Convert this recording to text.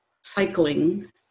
cycling